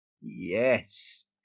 Yes